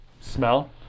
smell